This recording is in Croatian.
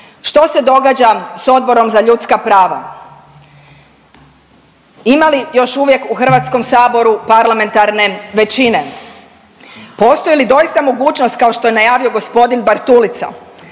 Što se događa s odborom za ljudska prava? Ima li još uvijek u HS parlamentarne većine? Postoji li doista mogućnost kao što je najavio g. Bartulica